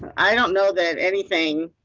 i don't know that anything.